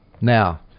Now